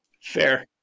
Fair